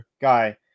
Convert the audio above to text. guy